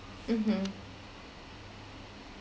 mmhmm